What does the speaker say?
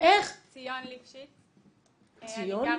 ציון ליפשיץ, אני גרה